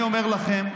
אני אומר לכם: